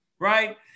Right